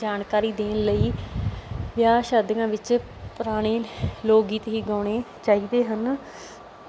ਜਾਣਕਾਰੀ ਦੇਣ ਲਈ ਵਿਆਹ ਸ਼ਾਦੀਆਂ ਵਿੱਚ ਪੁਰਾਣੇ ਲੋਕ ਗੀਤ ਹੀ ਗਾਉਣੇ ਚਾਹੀਦੇ ਹਨ